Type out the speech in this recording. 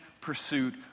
pursuit